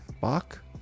Bach